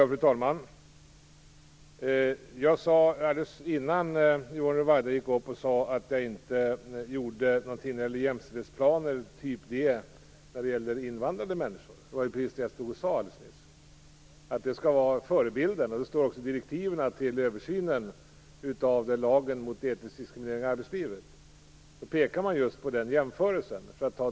Fru talman! Yvonne Ruwaida sade i sitt inlägg sade att jag inte gör någonting när det gäller jämställdhetsplaner rörande invandrade människor. Men jag sade ju alldeles nyss att de skall utgöra förebilden. I direktiven till översynen av lagen mot etnisk diskriminering i arbetslivet pekar man just på den jämförelsen.